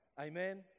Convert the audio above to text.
Amen